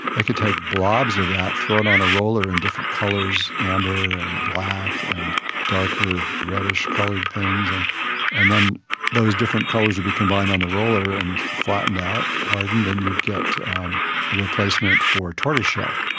they could take blobs of that, throw it on a roller in different colours, amber and black and darker reddish coloured things, and and then those different colours would be combined on the roller and flattened out, hardened, and you'd get a replacement for tortoiseshell,